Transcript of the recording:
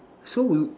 so we'll